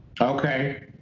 Okay